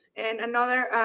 and another